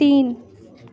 तीन